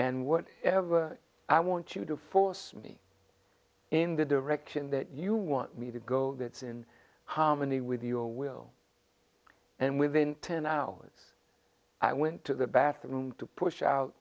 and what ever i want you to force me in the direction that you want me to go that is in harmony with your will and within ten hours i went to the bathroom to push out